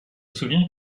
souvient